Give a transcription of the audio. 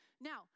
Now